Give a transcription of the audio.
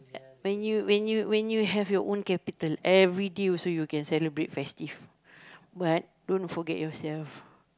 when you when you when you have your own capital every day also you can celebrate festive but don't forget yourself